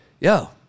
yo